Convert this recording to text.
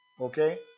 Okay